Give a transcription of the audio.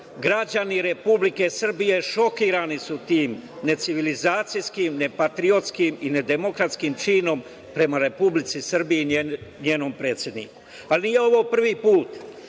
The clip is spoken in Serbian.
Građani Republike Srbije šokirani su tim necivilizacijskim, nepatriotskim i nedemokratskim činom prema Republici Srbiji i njenom predsedniku. Ali, nije ovo prvi put.